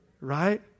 right